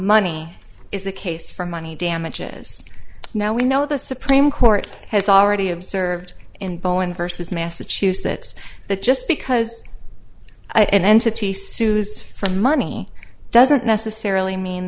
money is the case for money damages now we know the supreme court has already observed in bowen versus massachusetts that just because i an entity sues for money doesn't necessarily mean